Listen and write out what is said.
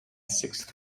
sixth